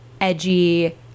edgy